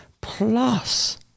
Plus